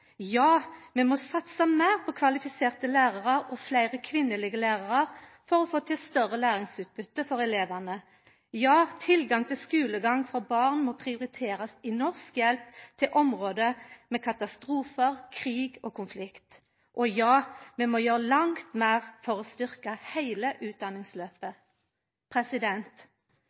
Ja, vi må satsa meir på kvalifiserte lærarar og fleire kvinnelege lærarar for å få til større læringsutbytte for elevane. Ja, til tilgang til skulegang for born må prioriterast i norsk hjelp til område med katastrofar, krig og konflikt. Og ja, vi må gjera langt meir for å styrkja heile utdanningsløpet.